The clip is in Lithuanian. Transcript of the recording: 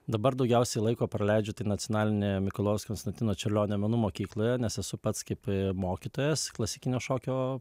dabar daugiausiai laiko praleidžiate nacionalinėje mikalojaus konstantino čiurlionio menų mokykloje nes esu pats kaip mokytojas klasikinio šokio